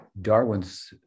Darwin's